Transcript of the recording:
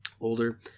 older